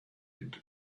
into